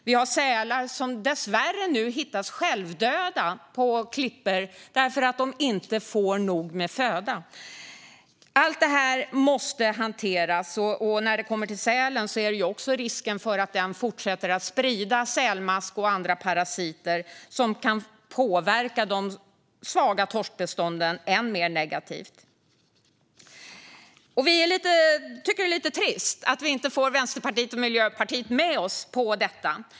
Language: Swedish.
Sälar hittas nu dessvärre självdöda på klippor därför att de inte får nog med föda. Allt detta måste hanteras. När det gäller sälen finns också risken att den fortsätter att sprida sälmask och andra parasiter som kan påverka de svaga torskbestånden än mer negativt. Vi tycker att det är lite trist att vi inte får med oss Vänsterpartiet och Miljöpartiet på detta.